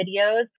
videos